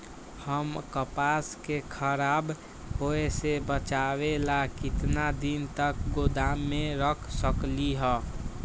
हम कपास के खराब होए से बचाबे ला कितना दिन तक गोदाम में रख सकली ह?